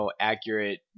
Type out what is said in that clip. accurate